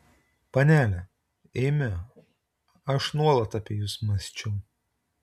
panele eime aš nuolat apie jus mąsčiau